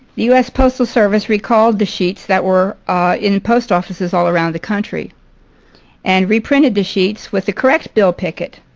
u s. postal service recalled the sheets that were in post offices all around the country and reprinted the sheets with the correct bill pickett.